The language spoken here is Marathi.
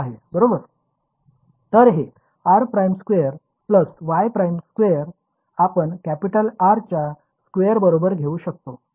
तर हे x ′ 2 y ′ 2 आपण कॅपिटल R च्या स्क्वेअर बरोबर घेऊ शकतो ठीक आहे